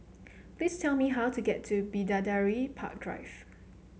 please tell me how to get to Bidadari Park Drive